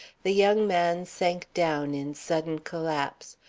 the young man sank down in sudden collapse,